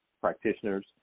practitioners